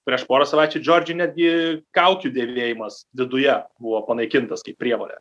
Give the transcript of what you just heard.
prieš porą savaičių džordžijoj netgi kaukių dėvėjimas viduje buvo panaikintas kaip prievolė